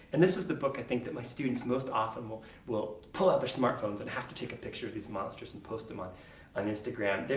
and this is the book, i think, that my students most often will will pull out their smart phones and have to take a picture of these monsters and post them on and instagram.